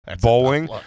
Bowling